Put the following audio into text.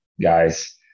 guys